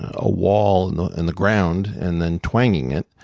a wall and the and the ground and then twanging it.